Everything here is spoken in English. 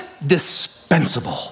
indispensable